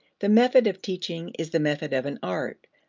the method of teaching is the method of an art,